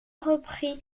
reprit